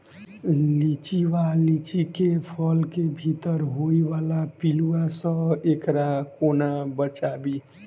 लिच्ची वा लीची केँ फल केँ भीतर होइ वला पिलुआ सऽ एकरा कोना बचाबी?